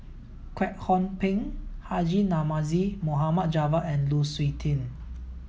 Kwek Hong Png Haji Namazie Mohd Javad and Lu Suitin